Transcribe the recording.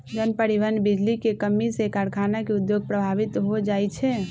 जन, परिवहन, बिजली के कम्मी से कारखाना के उद्योग प्रभावित हो जाइ छै